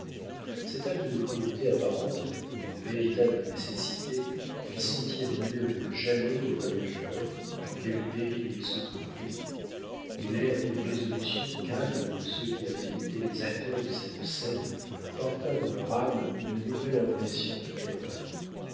cet acte de cruauté apparente mais de véritable nécessité fit sentir mieux que jamais aux voyageurs dans quel péril ils se trouvaient et l'air de résolution calme de ceux qui avaient été les acteurs de cette scène porta dans leur âme une nouvelle impression de terreur